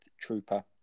trooper